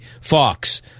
Fox